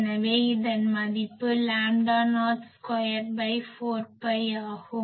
எனவே இதன் மதிப்பு லாம்டா நாட் ஸ்கொயர்4 பை ஆகும்